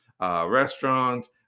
Restaurants